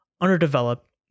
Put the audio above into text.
underdeveloped